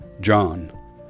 John